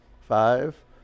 Five